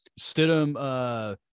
Stidham